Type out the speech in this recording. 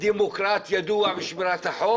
וראש הממשלה שלה דמוקרט ידוע בשמירת החוק